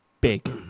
big